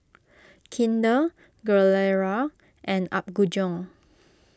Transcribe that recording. Kinder Gilera and Apgujeong